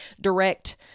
direct